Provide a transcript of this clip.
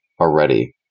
already